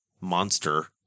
monster